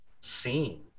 seen